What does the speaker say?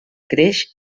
creix